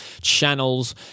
channels